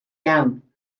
iawn